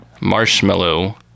marshmallow